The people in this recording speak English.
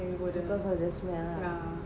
because of the smell ah